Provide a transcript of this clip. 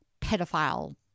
pedophile